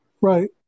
Right